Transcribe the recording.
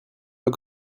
pas